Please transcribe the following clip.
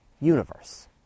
Universe